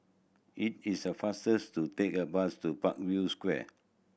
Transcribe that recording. it is a fastest to take a bus to Parkview Square